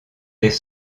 des